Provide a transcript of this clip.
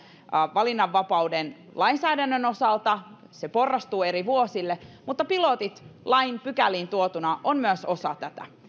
valinnanvapauden lainsäädännön osalta se porrastuu eri vuosille mutta pilotit lain pykäliin tuotuna ovat myös osa tätä